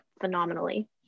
phenomenally